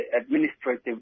administrative